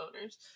owners